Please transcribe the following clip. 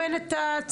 אני.